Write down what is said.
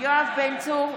יואב בן צור,